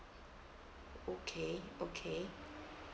okay okay